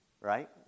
right